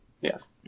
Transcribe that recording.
Yes